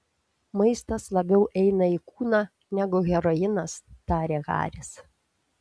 maistas labiau eina į kūną negu heroinas tarė haris